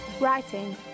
Writing